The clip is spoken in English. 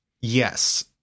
Yes